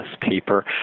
paper